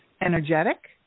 energetic